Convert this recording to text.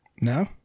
No